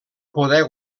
poder